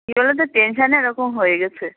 কী বলোতো টেনশনে ওরকম হয়ে গেছে